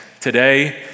today